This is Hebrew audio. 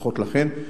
ברכות לכן.